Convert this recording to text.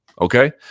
Okay